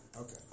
Okay